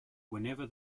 whenever